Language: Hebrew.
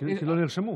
כי לא נרשמו.